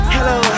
Hello